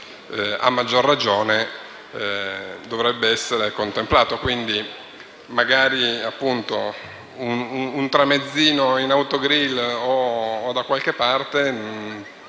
a maggior ragione dovrebbe essere contemplato. Un tramezzino in autogrill o da qualche altra